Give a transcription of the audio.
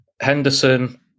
Henderson